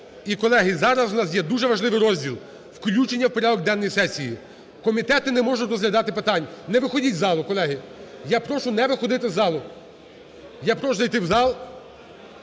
І, колеги, зараз у нас є дуже важливий розділ: включення в порядок денний сесії. Комітети не можуть розглядати питань. Не виходіть з залу, колеги. Я прошу не виходити з залу. Я прошу зайти в зал.